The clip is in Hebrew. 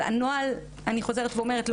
אבל אני חוזרת ואומרת,